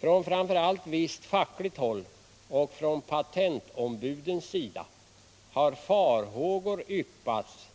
Från framför allt visst fackligt håll och från patentombudens sida har farhågor yppats